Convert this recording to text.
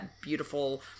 beautiful